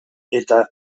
eta